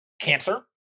cancer